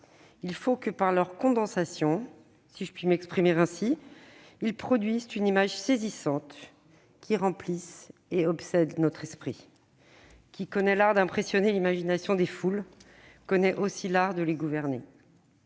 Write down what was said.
Il faut que par leur condensation, si je puis m'exprimer ainsi, ils produisent une image saisissante qui remplisse et obsède l'esprit. Qui connaît l'art d'impressionner l'imagination des foules connaît aussi l'art de les gouverner